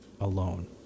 alone